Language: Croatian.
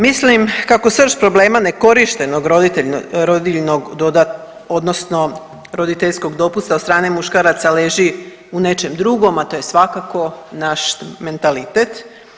Mislim kako srž problema nekorištenog rodiljnog odnosno roditeljskog dopusta od strane muškaraca leži u nečem drugom, a to je svakako naš mentalitet.